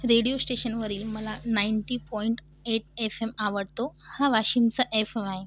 radio स्टेशनवरील मला ninety point eight F M आवडतो हा वाशिमचा एफ एम आहे